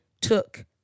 took